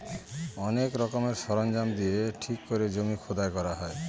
অনেক রকমের সরঞ্জাম দিয়ে ঠিক করে জমি খোদাই করা হয়